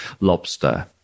lobster